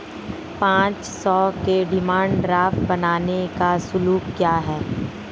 पाँच सौ के डिमांड ड्राफ्ट बनाने का शुल्क क्या है?